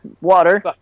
water